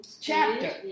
chapter